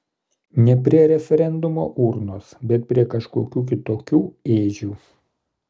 ne prie referendumo urnos bet prie kažkokių kitokių ėdžių